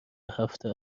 هفته